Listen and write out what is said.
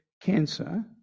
cancer